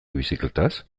bizikletaz